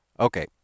Okay